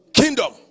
Kingdom